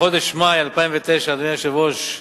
בחודש מאי 2009, אדוני היושב-ראש,